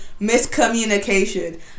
miscommunication